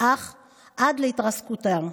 עד להתרסקותם,